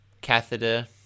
catheter